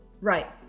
Right